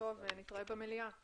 הישיבה נעולה.